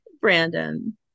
Brandon